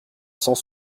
cent